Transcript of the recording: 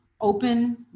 open